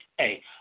Hey